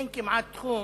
אין כמעט תחום